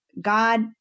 God